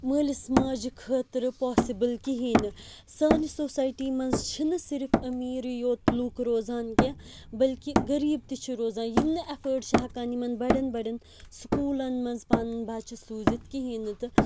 مألِس ماجہِ خٲطرٕ پاسِبٔل کِہیٖنٛۍ نہٕ سانہِ سوسایٹی منٛز چھِنہٕ صِرِف امیٖرٕے یوت لوٗکھ روزان کیٚنٛہہ بٔلکہِ غریٖب تہِ چھِ روزان یِم نہٕ ایفورڈ چھِ ہٮ۪کان یِمَن بَڈٮ۪ن بَڈٮ۪ن سکوٗلَن منٛز پَنُن بَچہِ سوٗزِتھ کِہیٖنٛۍ نہٕ تہٕ